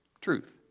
truth